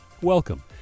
welcome